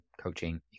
coaching